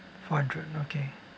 four hundred okay